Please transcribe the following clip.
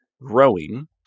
growing